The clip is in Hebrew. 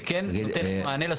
שכן ייתן מענה.